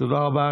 תודה רבה.